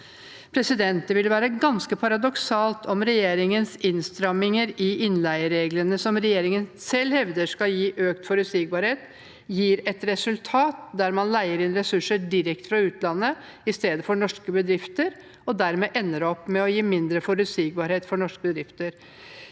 KAMS. Det ville være ganske paradoksalt om regjeringens innstramminger i innleiereglene, som regjeringen selv hevder skal gi økt forutsigbarhet, gir et resultat der man leier inn ressurser direkte fra utlandet i stedet for fra norske bedrifter, og dermed ender med å gi mindre forutsigbarhet for norske bedrifter.